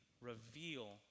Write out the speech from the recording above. reveal